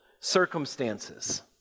circumstances